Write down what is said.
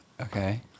Okay